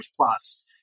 plus